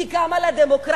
כי גם על הדמוקרטיה,